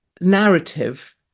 narrative